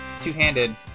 two-handed